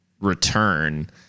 return